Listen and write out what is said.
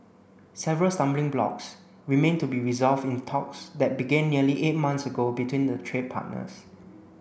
several stumbling blocks remain to be resolved in talks that began nearly eight months ago between the trade partners